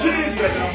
Jesus